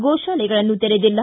ಗೋಶಾಲೆಗಳನ್ನು ತೆರೆದಿಲ್ಲ